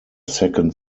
second